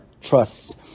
trusts